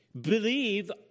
believe